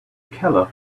keller